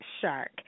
Shark